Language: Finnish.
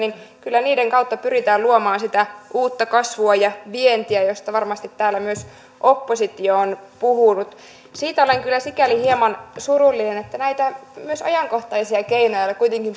kyllä niiden kautta pyritään luomaan sitä uutta kasvua ja vientiä josta varmasti täällä myös oppositio on puhunut siitä olen kyllä sikäli hieman surullinen että myös näitä ajankohtaisia keinoja joilla kuitenkin